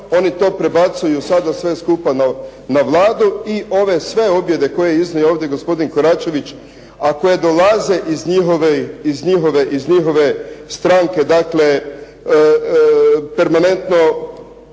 oni to prebacuju sada to sve skupa na Vladu, i ove sve skupa objede koje je iznio ovdje gospodin Koračević a koje dolaze iz njihove stranke dakle permanentno